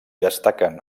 destaquen